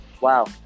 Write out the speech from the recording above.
Wow